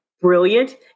brilliant